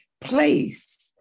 place